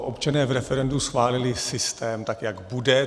Občané v referendu schválili systém, tak jak bude.